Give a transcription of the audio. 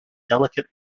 delicate